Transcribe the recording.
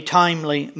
timely